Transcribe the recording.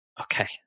Okay